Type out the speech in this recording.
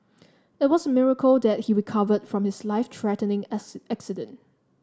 it was a miracle that he recovered from his life threatening accident